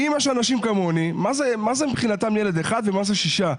אם יש אנשים כמוני מה זה מבחינתם ילד אחד ומה זה שישה.